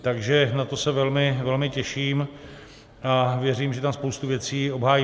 Takže na to se velmi, velmi těším a věřím, že tam spoustu věcí obhájíme.